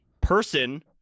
person